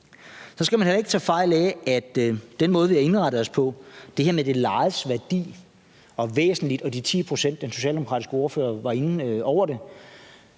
Så skal man heller ikke tage fejl af, at med den måde, vi har indrettet os på – det her med det lejedes værdi og »væsentligt« og de 10 pct., som den socialdemokratiske ordfører var inde over –